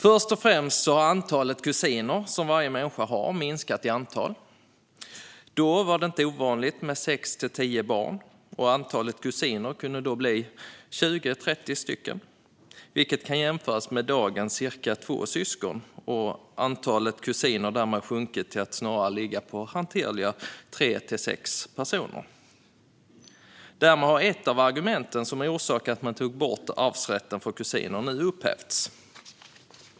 Först och främst har antalet kusiner som varje människa har minskat i antal. Då var det inte ovanligt med mellan sex och tio syskon, och det kunde då bli 20-30 kusiner. Det kan jämföras med dagens ungefär två syskon, vilket innebär att antalet kusiner sjunkit till att snarare ligga på mellan tre och sex personer, vilket är mer hanterligt. Därmed har ett av argumenten som orsakade att man tog bort arvsrätten för kusiner nu upphävts.